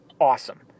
awesome